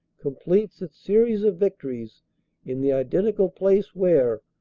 completes its series of victories in the identical place where,